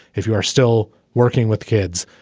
if you are still working with kids,